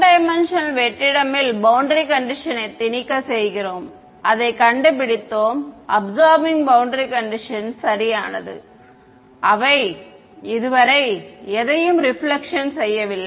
1D வெற்றிடம் ல் boundary கண்டிஷன்ஸ்யை திணிக்க செய்கிறோம் அதைக் கண்டுபிடித்தோம் அபிசார்பிங் பௌண்டரி கண்டிஷன்ஸ் சரியானது அவை இதுவரை எதையும் ரிபிலக்ஷன் செய்யவில்லை